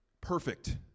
perfect